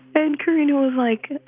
and katrina was like,